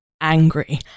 angry